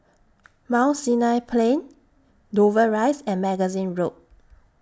Mount Sinai Plain Dover Rise and Magazine Road